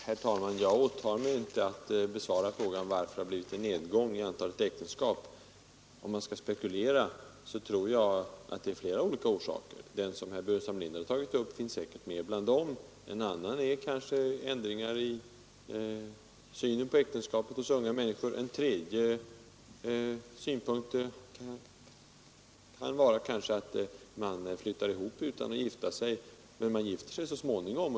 Herr talman! Jag åtar mig inte att besvara frågan varför det har blivit en nedgång i antalet äktenskap. Om jag skall spekulera, tror jag att det finns flera olika orsaker. Den som herr Burenstam Linder har tagit upp finns säkert med bland dem. En annan är ändringar i synen på äktenskapet hos unga människor. En tredje synpunkt kan kanske vara att man flyttar ihop utan att gifta sig, men att man gifter sig så småningom.